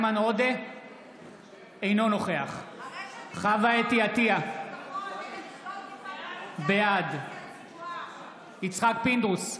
אינו נוכח חוה אתי עטייה, בעד יצחק פינדרוס,